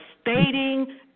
stating